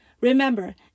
Remember